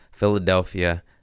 philadelphia